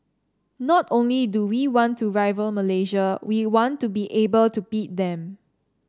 not only do we want to rival Malaysia we want to be able to beat them